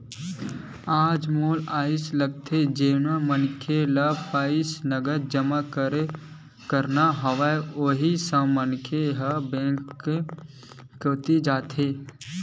आज मोला अइसे लगथे जेन मनखे ल पईसा नगद जमा करना हवय उही मनखे ह बेंक कोती जाथे